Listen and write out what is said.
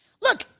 Look